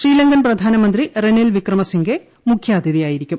ശ്രീലങ്കൻ പ്രധാനമന്ത്രി റെനിൽ വിക്രമസിംഗെ മുഖ്യാതിഥി ആയിരിക്കും